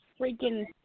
freaking